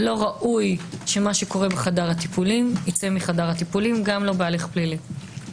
לא ראוי שמה שקורה בחדר הטיפולים ייצא משם גם לא בהליך פלילי.